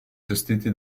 gestiti